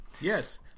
yes